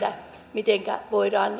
mitenkä tätä voidaan